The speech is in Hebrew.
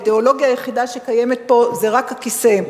האידיאולוגיה היחידה שקיימת פה זה רק הכיסא,